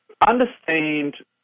Understand